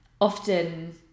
often